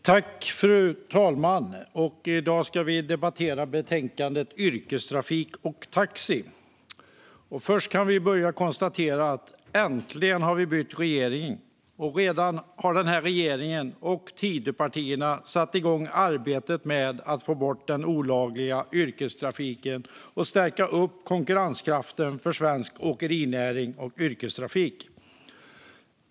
Fru talman! I dag ska vi debattera betänkandet Yrkestrafik och taxi . Vi kan börja med att konstatera att vi äntligen har bytt regering, och redan har den här regeringen och Tidöpartierna satt igång arbetet med att få bort den olagliga yrkestrafiken och stärka upp konkurrenskraften för svensk åkerinäring och yrkestrafik.